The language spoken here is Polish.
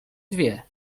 dwie